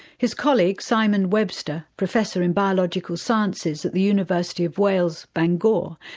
his colleague, simon webster, professor in biological sciences at the university of wales, bangor,